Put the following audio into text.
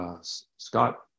Scott